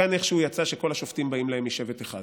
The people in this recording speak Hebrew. כאן איכשהו יצא שכל השופטים באים להם משבט אחד.